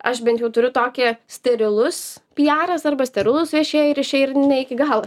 aš bent jau turiu tokį sterilus pijaras arba sterilūs viešieji ryšiai ir ne iki galo